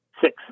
Six